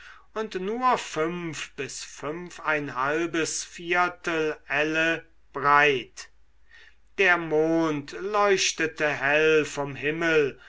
und nur fünf bis fünfeinhalbes viertel elle breit der mond leuchtete hell vom himmel